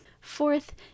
Fourth